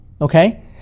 okay